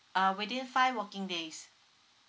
uh within five working days